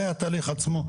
זה התהליך עצמו.